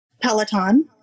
Peloton